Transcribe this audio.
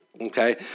Okay